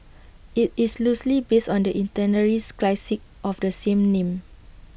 IT is loosely based on the classic of the same name